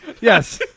yes